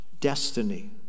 destiny